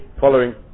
following